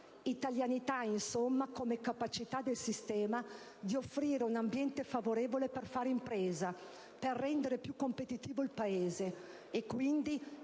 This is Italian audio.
italianità insomma come capacità del sistema di offrire un ambiente favorevole per fare impresa, per rendere più competitivo il Paese, e quindi